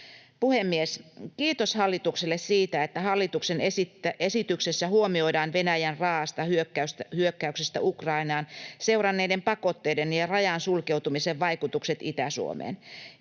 Puhemies! Kiitos hallitukselle siitä, että hallituksen esityksessä huomioidaan Venäjän raa’asta hyökkäyksestä Ukrainaan seuranneiden pakotteiden ja rajan sulkeutumisen vaikutukset Itä-Suomeen.